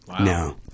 no